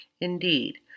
Indeed